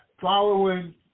following